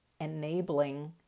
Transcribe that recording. enabling